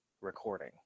recording